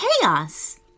chaos